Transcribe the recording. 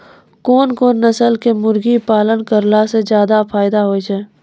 कोन कोन नस्ल के मुर्गी पालन करला से ज्यादा फायदा होय छै?